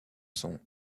sont